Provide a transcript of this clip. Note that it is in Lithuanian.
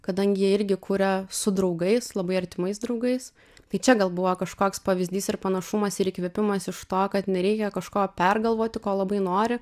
kadangi jie irgi kuria su draugais labai artimais draugais tai čia gal buvo kažkoks pavyzdys ir panašumas ir įkvėpimas iš to kad nereikia kažko pergalvoti ko labai nori